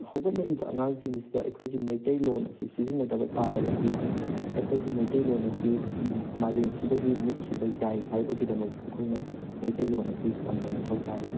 ꯍꯧꯒꯠꯂꯛꯏꯕ ꯑꯉꯥꯡꯁꯤꯡꯁꯤꯗ ꯑꯩꯈꯣꯏꯒꯤ ꯃꯩꯇꯩꯂꯣꯟ ꯑꯁꯤ ꯁꯤꯖꯤꯟꯅꯗꯕ ꯇꯥꯔꯒꯗꯤ ꯑꯩꯈꯣꯏꯒꯤ ꯃꯩꯇꯩꯂꯣꯟ ꯑꯁꯤ ꯃꯥꯂꯦꯝꯁꯤꯗꯒꯤ ꯃꯨꯠꯈꯤꯕ ꯌꯥꯏ ꯍꯥꯏꯕꯒꯤꯗꯃꯛ ꯑꯩꯈꯣꯏꯅ ꯃꯩꯇꯩꯂꯣꯟ ꯑꯁꯤ ꯇꯝꯕ ꯃꯊꯧ ꯇꯥꯔꯤꯕꯅꯤ